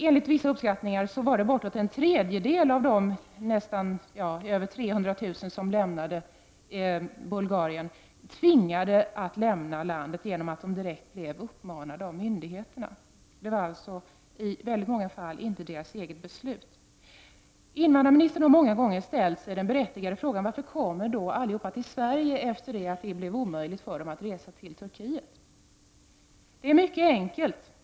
Enligt vissa uppskattningar var bortåt en tredjedel av de över 300 000 som lämnade Bulgarien tvingade att lämna landet genom att de direkt blev uppmanade därtill av myndigheterna. Det var alltså i många fall inte deras eget beslut. Invandrarministern har många gånger ställt sig den berättigade frågan: Varför kommer då alla till Sverige efter det att det blev omöjligt för dem att resa till Turkiet? Det är mycket enkelt.